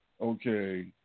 okay